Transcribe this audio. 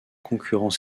concurrent